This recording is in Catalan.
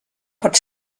pot